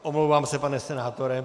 Omlouvám se, pane senátore.